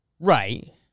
Right